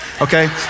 Okay